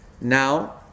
now